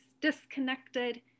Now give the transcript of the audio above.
disconnected